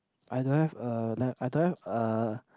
I don't a lamp I don't have a